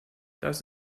das